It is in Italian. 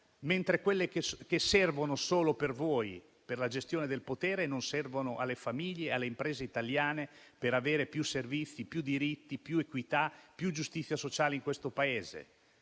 ovvero che servono solo a voi, per la gestione del potere, mentre non servono alle famiglie e alle imprese italiane per avere più servizi, più diritti, più equità e più giustizia sociale in questo Paese.